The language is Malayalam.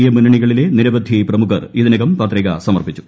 എ മുന്നണികളിലെ നിരവധി പ്രമുഖർ ഇതിനകം പത്രിക സമർപ്പിച്ചു